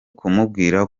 kumubwira